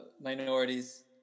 Minorities